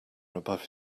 above